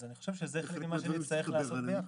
אני חושב שזה חלק ממה שנצטרך לעשות ביחד.